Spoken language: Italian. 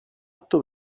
atto